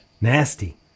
nasty